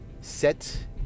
set